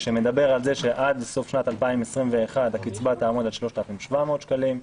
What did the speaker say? ושמדבר על זה שעד סוף שנת 2021 הקצבה תעמוד על 3,700 שקלים,